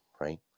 right